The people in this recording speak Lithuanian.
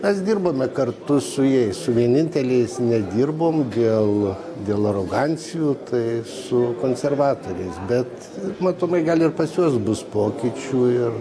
mes dirbame kartu su jais vieninteliais nedirbom dėl dėl arogancijų tai su konservatoriais bet matomai gal ir pas juos bus pokyčių ir